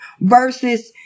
versus